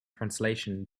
translation